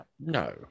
No